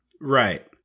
Right